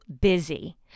busy